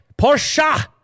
Porsche